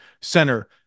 center